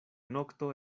nokto